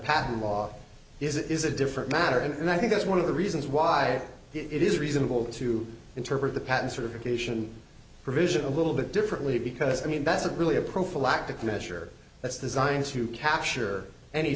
patent law is it is a different matter and i think that's one of the reasons why it is reasonable to interpret the patent sort of occasion provision a little bit differently because i mean that's a really a prophylactic measure that's designed to capture any